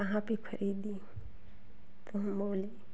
कहाँ पर खरीदी तो हम बोलें